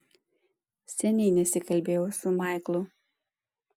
seniai nesikalbėjau su maiklu